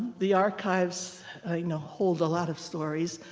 the archives ah you know hold a lot of stories,